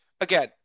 again